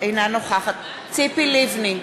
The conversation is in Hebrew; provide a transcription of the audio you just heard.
אינה נוכחת ציפי לבני,